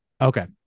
Okay